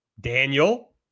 Daniel